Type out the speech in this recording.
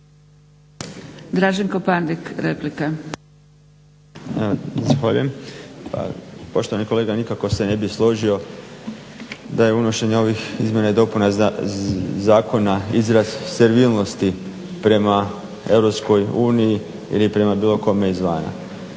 Draženko (SDP)** Zahvaljujem. Poštovani kolega, nikako se ne bih složio da je unošenje ovih izmjena i dopuna zakona izraz servilnosti prema Europskoj uniji ili prema bilo kome izvana.